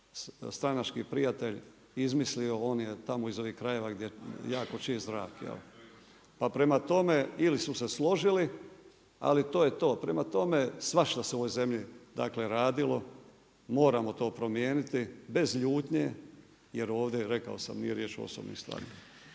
stranački prijatelj izmislio, on je tamo iz ovih krajeva gdje je jako čist zrak. Pa prema tome ili su se složili, ali to je to. Prema tome, svašta se u ovoj zemlji, dakle radilo. Moramo to promijeniti bez ljutnje jer ovdje rekao sam nije riječ o osobnim stvarima.